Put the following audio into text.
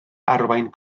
arwain